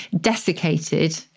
desiccated